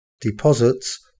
deposits